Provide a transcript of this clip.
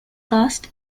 cast